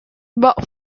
but